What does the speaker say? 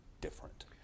different